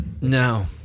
No